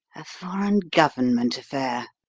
a foreign government affair,